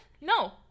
No